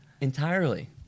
Entirely